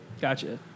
Gotcha